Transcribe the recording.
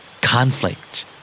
Conflict